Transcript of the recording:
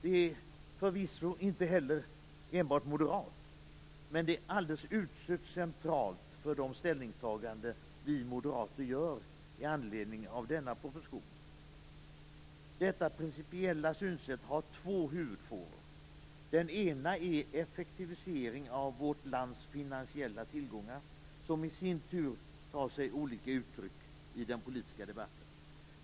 Det är förvisso inte heller enbart moderat, men det är alldeles utsökt centralt för de ställningstaganden som vi moderater gör i anledning av denna proposition. Detta principiella synsätt har två huvudfåror. Den ena är effektivisering av vårt lands finansiella tillgångar, som i sin tur tar sig olika uttryck i den politiska debatten.